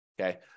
okay